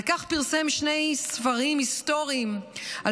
על כך פרסם שני ספרים היסטוריים על